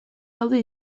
daude